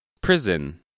prison